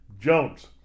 Jones